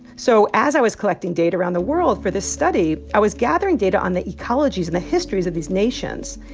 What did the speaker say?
so as i was collecting data around the world for this study, i was gathering data on the ecologies and the histories of these nations.